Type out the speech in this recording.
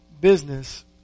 business